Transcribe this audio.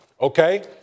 okay